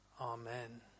Amen